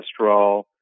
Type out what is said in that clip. cholesterol